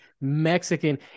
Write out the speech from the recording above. Mexican